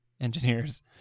engineers